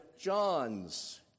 John's